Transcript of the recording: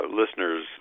listeners